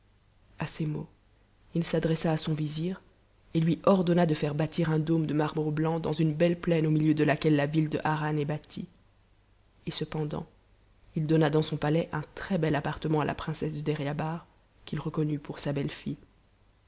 a ces mots il s'adressa à son vizir et lui ordonna de faire bâtir un dôme de marbre blanc dans une belle plaine au milieu de laquelle la ville de harran est bâtie et cependant il donna dans son palais un trèsbel appartement à la princesse de deryabar qu'il reconnut pour sa